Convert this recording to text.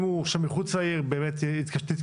אם הוא גר מחוץ לעיר אז באמת תתקשה.